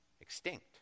extinct